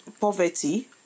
poverty